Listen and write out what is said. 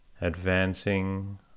advancing